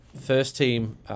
first-team